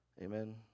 Amen